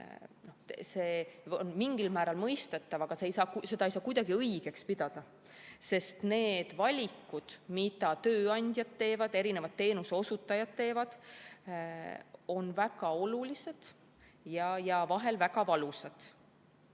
See on mingil määral mõistetav, aga seda ei saa kuidagi õigeks pidada, sest valikud, mida tööandjad, mitmesugused teenuseosutajad teevad, on väga olulised ja vahel väga valusad.